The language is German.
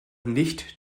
nicht